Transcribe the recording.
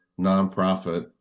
nonprofit